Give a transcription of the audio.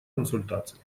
консультаций